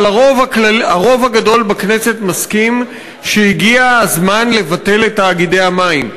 אבל הרוב הגדול בכנסת מסכימים שהגיע הזמן לבטל את תאגידי המים.